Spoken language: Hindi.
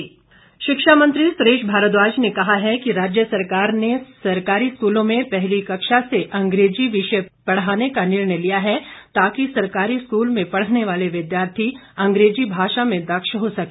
सुरेश भारद्वाज शिक्षा मंत्री सुरेश भारद्वाज ने कहा है कि राज्य सरकार ने सरकारी स्कूलों में पहली कक्षा से अंग्रेजी विषय पढ़ाने का निर्णय लिया है ताकि सरकारी स्कूल में पढ़ने वाले विद्यार्थी अंग्रेजी भाषा में दक्ष हो सके